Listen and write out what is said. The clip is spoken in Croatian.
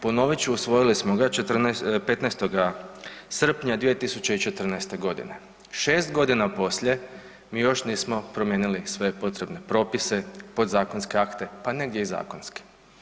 Ponovit ću, usvojili smo ga 15. srpnja 2014. godine, 6 godina poslije mi još nismo promijenili sve potrebne propise, podzakonske akte pa negdje i zakonske.